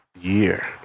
year